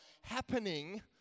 happening